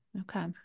Okay